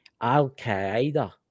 Al-Qaeda